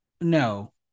no